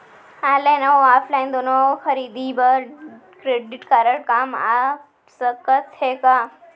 Online अऊ offline दूनो खरीदी बर क्रेडिट कारड काम आप सकत हे का?